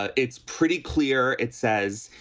it's pretty clear. it says,